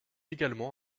également